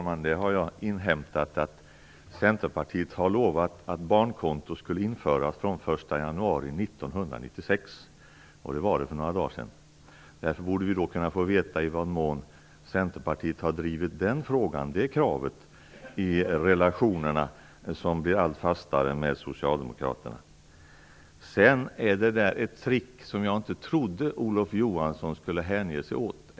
Fru talman! Jo, jag har inhämtat att Centerpartiet har lovat att barnkonto skulle införas från den 1 januari 1996. Det var för några dagar sedan. Därför borde vi kunna få veta i vad mån Centerpartiet har drivit detta krav i relationerna, som blir allt fastare, med Sedan hänger sig Olof Johansson åt ett trick, vilket jag inte trodde att han skulle göra.